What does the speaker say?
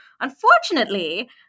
unfortunately